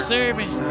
Serving